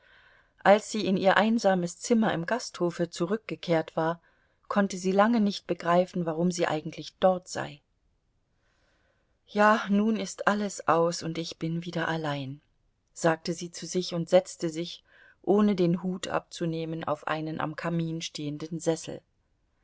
als sie in ihr einsames zimmer im gasthofe zurückgekehrt war konnte sie lange nicht begreifen warum sie eigentlich dort sei ja nun ist alles aus und ich bin wieder allein sagte sie zu sich und setzte sich ohne den hut abzunehmen auf einen am kamin stehenden sessel